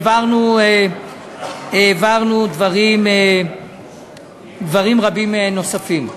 העברנו דברים רבים נוספים.